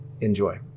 Enjoy